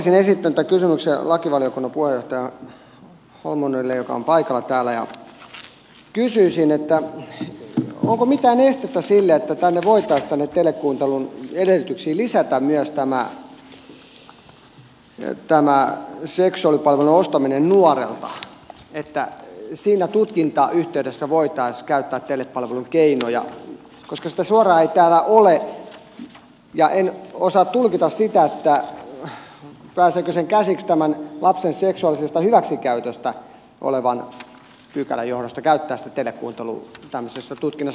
esittäisin tämän kysymyksen lakivaliokunnan puheenjohtaja holmlundille joka on paikalla täällä ja kysyisin onko mitään estettä sille että voitaisiin tänne telekuuntelun edellytyksiin lisätä myös tämä seksuaalipalvelujen ostaminen nuorelta niin että siinä tutkinnan yhteydessä voitaisiin käyttää telepalvelun keinoja koska sitä suoraan ei täällä ole ja en osaa tulkita sitä pääseekö siihen käsiksi tämän lapsen seksuaalista hyväksikäytöstä olevan pykälän johdosta käyttää sitä telekuuntelua tämmöisessä tutkinnassa